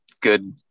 good